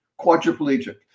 quadriplegic